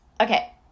Okay